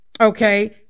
okay